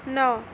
ନଅ